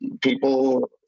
people